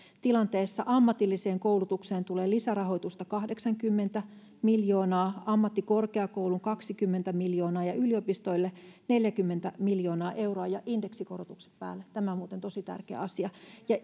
tilanteessa ammatilliseen koulutukseen tulee lisärahoitusta kahdeksankymmentä miljoonaa ammattikorkeakouluille kaksikymmentä miljoonaa ja yliopistoille neljäkymmentä miljoonaa euroa ja indeksikorotukset päälle tämä on muuten tosi tärkeä asia ja